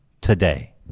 today